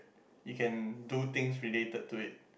you can do things related to it